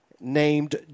named